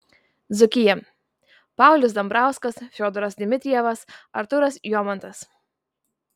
dzūkija paulius dambrauskas fiodoras dmitrijevas artūras jomantas